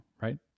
right